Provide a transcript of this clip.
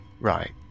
Right